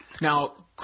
Now